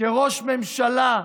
כראש ממשלה, תודה.